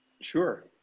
Sure